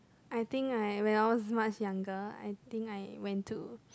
I think I when I was much younger I think I went to